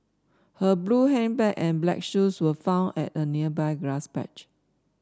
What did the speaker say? her blue handbag and black shoes were found at a nearby grass patch